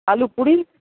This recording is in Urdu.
آلو پوڑی